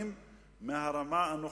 שנים מהרמה הנוכחית,